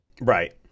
Right